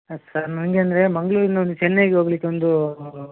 sir ನಂಗೆ ಅಂದರೆ ಮಂಗಳೂರಿಂದ ಒಂದು ಚೆನೈಗೆ ಹೋಗ್ಲಿಕ್ಕೆ ಒಂದು